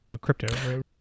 crypto